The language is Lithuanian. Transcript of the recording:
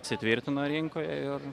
įsitvirtino rinkoje ir